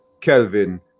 Kelvin